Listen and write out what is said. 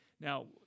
Now